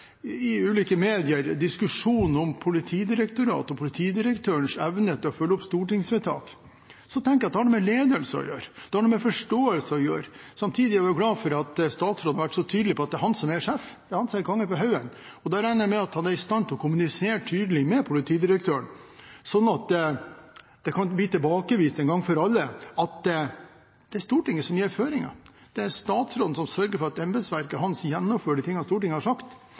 i ulike media vært en diskusjon om Politidirektoratet og politidirektørens evne til å følge opp stortingsvedtak. Jeg tenker at det har noe med ledelse å gjøre, at det har noe med forståelse å gjøre. Samtidig er jeg glad for at statsråden har vært så tydelig på at det er han som er sjef, det er han som er konge på haugen. Da regner jeg med at han er i stand til å kommunisere tydelig med politidirektøren, slik at det kan bli klart en gang for alle at det er Stortinget som gir føringer, det er statsråden som sørger for at embetsverket hans gjennomfører det Stortinget har sagt.